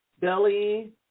belly